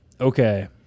Okay